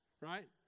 right